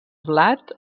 blat